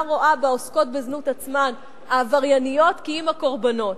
רואה בעוסקות בזנות עצמן עברייניות כי אם קורבנות.